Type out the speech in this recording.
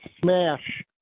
smash